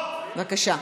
בבקשה.